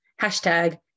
Hashtag